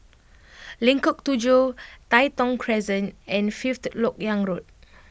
Lengkok Tujoh Tai Thong Crescent and Fifth Lok Yang Road